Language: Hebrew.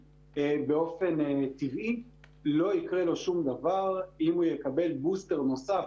באופן טבעי לא יקרה לו שום דבר אם הוא יקבל בוסטר נוסף,